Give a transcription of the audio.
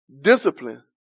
discipline